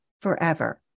forever